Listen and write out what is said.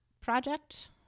project